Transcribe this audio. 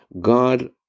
God